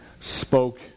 spoke